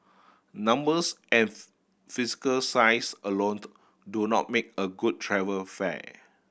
numbers and physical size alone do not make a good travel fair